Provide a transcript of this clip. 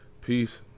Peace